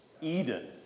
Eden